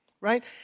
right